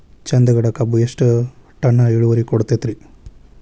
ಚಂದಗಡ ಕಬ್ಬು ಎಷ್ಟ ಟನ್ ಇಳುವರಿ ಕೊಡತೇತ್ರಿ?